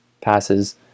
passes